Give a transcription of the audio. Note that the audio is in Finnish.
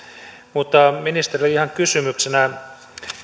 mutta ministerille ihan kysymyksenä